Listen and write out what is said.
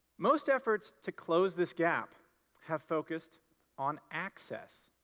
most efforts to close this gap have focused on access.